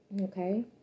okay